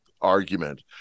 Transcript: argument